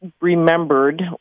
remembered